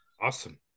Awesome